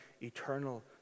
eternal